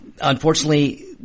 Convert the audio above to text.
unfortunately –